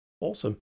Awesome